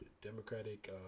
Democratic